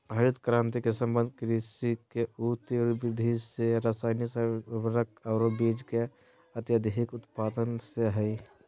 हरित क्रांति के संबंध कृषि के ऊ तिब्र वृद्धि से हई रासायनिक उर्वरक आरो बीज के अत्यधिक उत्पादन से हई